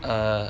err